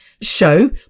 show